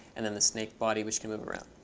and then the snake body which can move around.